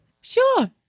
Sure